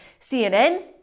cnn